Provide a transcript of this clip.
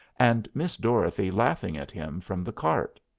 and miss dorothy laughing at him from the cart.